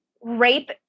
rape